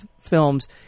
Films